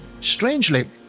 Strangely